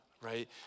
right